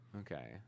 Okay